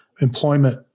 employment